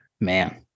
Man